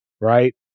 right